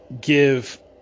give